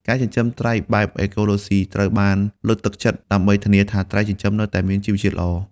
ការចិញ្ចឹមត្រីបែប អេកូឡូស៊ី ត្រូវបានលើកទឹកចិត្តដើម្បីធានាថាត្រីចិញ្ចឹមនៅតែមានជីវជាតិល្អ។ (